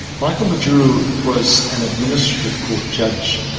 michael majuru was an administrative court judge.